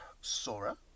Sora